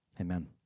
Amen